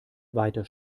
weiter